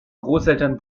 großeltern